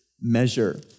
measure